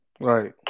Right